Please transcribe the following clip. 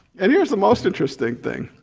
and here's the most interesting thing,